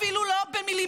אפילו לא במילימטר.